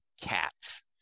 cats